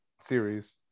series